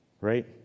right